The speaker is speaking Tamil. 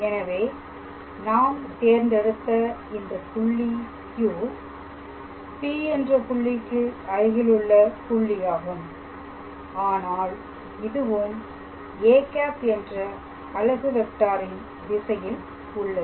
எனவே நாம் தேர்ந்தெடுத்த இந்த புள்ளி Q P என்ற புள்ளிக்கு அருகிலுள்ள புள்ளியாகும் ஆனால் இதுவும் â என்ற அலகு வெக்டாரின் திசையில் உள்ளது